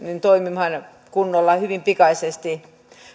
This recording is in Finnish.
toimimaan kunnolla hyvin pikaisesti